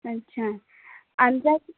अच्छा आमच्या